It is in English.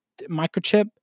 microchip